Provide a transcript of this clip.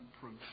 proof